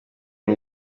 n’u